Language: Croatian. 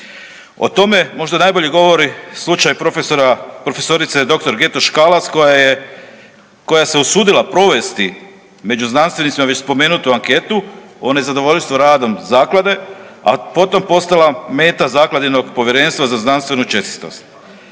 O tome možda najbolje govori slučaj prof. dr. Getoš Kalac koja se usudila provesti među znanstvenicima već spomenutu anketu o nezadovoljstvu radom zaklade, a potom postala meta zakladinog povjerenstva za znanstvenu čestitost.